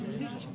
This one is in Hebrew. (היו"ר שרן מרים